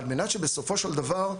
על מנת שבסופו של דבר,